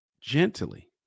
gently